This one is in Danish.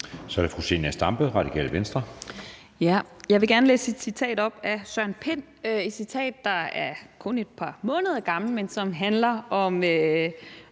Så er det fru Zenia Stampe, Radikale Venstre. Kl. 15:08 Zenia Stampe (RV): Jeg vil gerne læse et citat op af Søren Pind, et citat, der kun er et par måneder gammelt, men som handler om